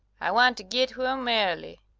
i want to git home airly.